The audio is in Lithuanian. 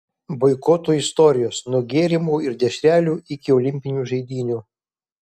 boikotų istorijos nuo gėrimų ir dešrelių iki olimpinių žaidynių